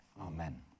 Amen